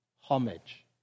homage